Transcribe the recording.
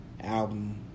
album